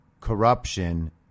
corruption